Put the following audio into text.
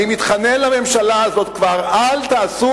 אני מתחנן לממשלה הזאת כבר: אל תעשו